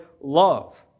love